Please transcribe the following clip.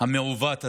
המעוות הזה.